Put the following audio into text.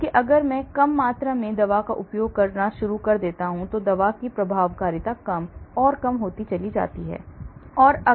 जबकि अगर मैं कम मात्रा में दवा का उपयोग करना शुरू कर देता हूं तो दवा की प्रभावकारिता कम और कम हो जाती है इसलिए अगर मैं विषाक्तता को रोकना चाहता हूं तो प्रभावकारिता कम है